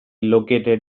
located